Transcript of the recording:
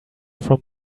from